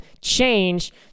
change